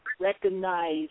recognize